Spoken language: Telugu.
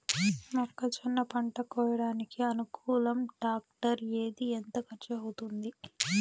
మొక్కజొన్న పంట కోయడానికి అనుకూలం టాక్టర్ ఏది? ఎంత ఖర్చు అవుతుంది?